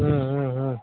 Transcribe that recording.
ம் ம் ம்